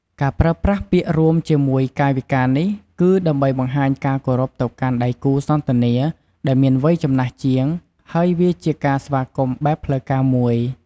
ការប្រើប្រាស់ពាក្យរួមជាមួយកាយវិការនេះ គឺដើម្បីបង្ហាញការគោរពទៅកាន់ដៃគូសន្ទនាដែលមានវ័យចំណាស់ជាង ហើយវាជាការស្វាគមន៍បែបផ្លូវការមួយ។